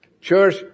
church